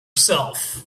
self